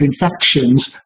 infections